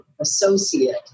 associate